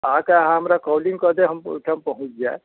अहाँकेँ हमरा कॉलिंग कऽ देब हम ओहिठाम पहुँच जाएब